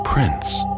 Prince